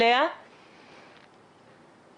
ד"ר שני שילה,